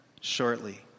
shortly